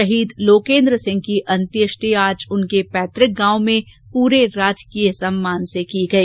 शहीद लोकेन्द्र सिंह की अंत्येष्टि आज उनके पैतृक गांव में पूरे राजकीय सम्मान से की गई